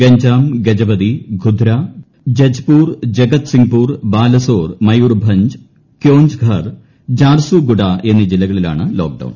ഗഞ്ചാം ഗജപതി ഖുദ്ര Cuttack Jajpur Jagatsinghpur Balasore Mayurbhanj Keonjhar Jharsuguda എന്നീ ജില്ലകളിലാണ് ലോക്ക്ഡൌൺ